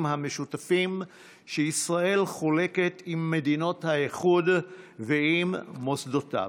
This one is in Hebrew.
המשותפים שישראל חולקת עם מדינות האיחוד ועם מוסדותיו,